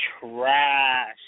trash